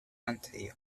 antioch